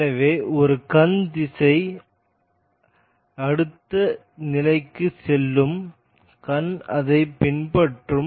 எனவே ஒரு கண் திசை அடுத்த நிலைக்குச் செல்லும் கண் அதைப் பின்பற்றும்